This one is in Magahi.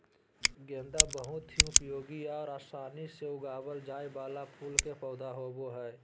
गेंदा बहुत ही उपयोगी और आसानी से उगावल जाय वाला फूल के पौधा होबो हइ